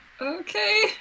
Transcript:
okay